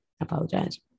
apologize